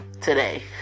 today